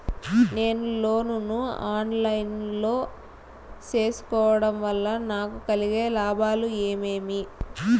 నేను లోను ను online లో సేసుకోవడం వల్ల నాకు కలిగే లాభాలు ఏమేమీ?